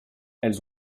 elles